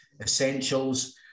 essentials